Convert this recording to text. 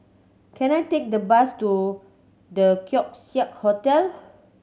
can I take the bus to The Hotel